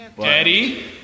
Daddy